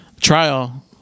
trial